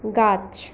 গাছ